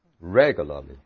regularly